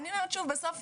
אני אומרת שוב, בסוף